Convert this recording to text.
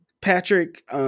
Patrick